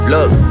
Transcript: Look